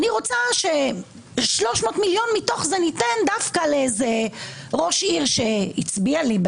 אני רוצה 300 מיליון מתוך זה לתת דווקא לראש עיר שהצביע לי,